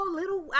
little